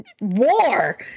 war